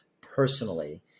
personally